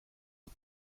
aux